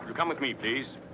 come with me, please?